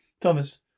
Thomas